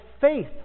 faith